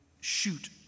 shoot